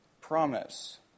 promise